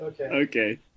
Okay